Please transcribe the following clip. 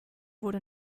wurde